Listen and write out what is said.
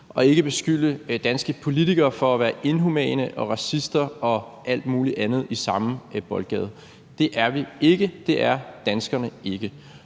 og ikke beskylde danske politikere for at være inhumane og racister og alt muligt andet i samme boldgade. Det er vi ikke, det er danskerne ikke.